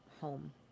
home